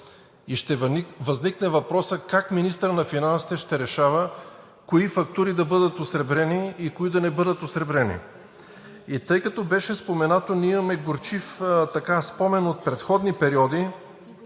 Ще възникне въпросът: как министърът на финансите ще решава кои фактури да бъдат осребрени и кои да не бъдат осребрени? Тъй като беше споменато, ние имаме горчив спомен от предходни периоди,